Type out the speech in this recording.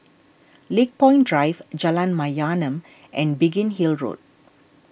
Lakepoint Drive Jalan Mayaanam and Biggin Hill Road